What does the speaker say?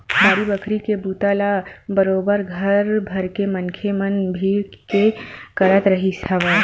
बाड़ी बखरी के बूता ल बरोबर घर भरके मनखे मन भीड़ के करत रिहिस हवय